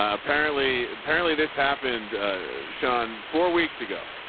ah apparently, apparently this happened sean four weeks ago